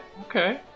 okay